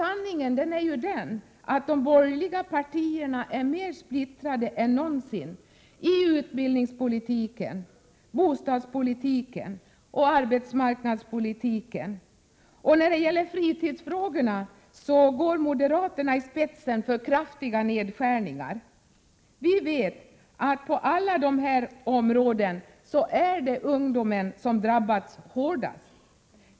Sanningen är ju den att de borgerliga partierna är mer splittrade än någonsin i utbildningspolitiken, bostadspolitiken och arbetsmarknadspolitiken. När det gäller fritidsfrågorna går moderaterna i spetsen för kraftiga nedskärningar. Vi vet att på alla dessa områden är det ungdomen som drabbats hårdast.